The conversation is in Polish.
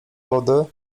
wody